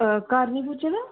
घर निं पुज्जे दे